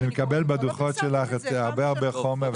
אני מקבל בדוחות שלך הרבה הרבה חומר.